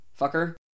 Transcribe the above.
Fucker